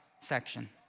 section